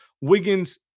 Wiggins